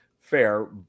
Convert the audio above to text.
fair